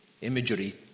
imagery